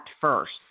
first